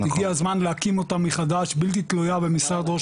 הגיע הזמן להקים אותה מחדש בלתי תלויה במשרד ראש